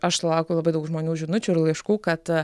aš sulaukiu labai daug žmonių žinučių ir laiškų kad